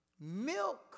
Milk